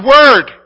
Word